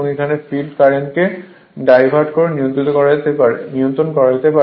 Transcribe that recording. এখানে ফিল্ড কারেন্টকে ডাইভার্ট করে নিয়ন্ত্রিত করা যেতে পারে